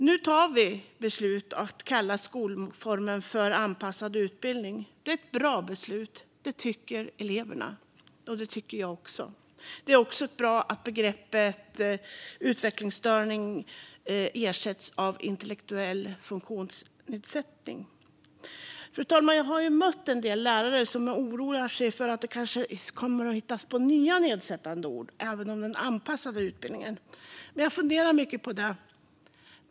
Nu tar vi beslutet att kalla skolformen för anpassad utbildning. Det är ett bra beslut. Det tycker eleverna, och det tycker jag också. Det är också bra att begreppet utvecklingsstörning ersätts av intellektuell funktionsnedsättning. Fru talman! Jag har mött en del lärare som oroar sig för att det kommer att hittas på nya nedsättande ord även om den anpassade utbildningen, och jag har funderat mycket på det.